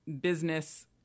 business